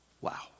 Wow